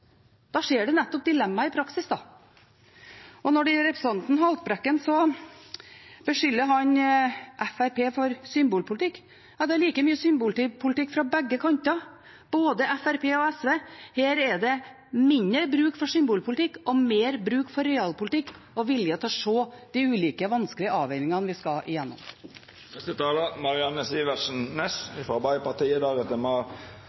Da ser en nettopp dilemmaet i praksis. Når det gjelder representanten Haltbrekken, beskylder han Fremskrittspartiet for symbolpolitikk, men det er like mye symbolpolitikk fra begge kanter, fra både Fremskrittspartiet og SV. Her er det mindre bruk for symbolpolitikk og mer bruk for realpolitikk og vilje til å se de ulike vanskelige avveiningene vi skal igjennom.